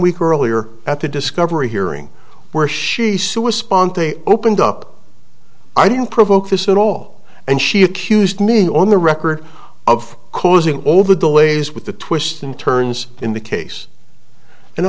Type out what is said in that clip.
week earlier at the discovery hearing where she saw a spontaneous opened up i didn't provoke this at all and she accused me on the record of causing all the delays with the twists and turns in the case and